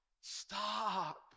Stop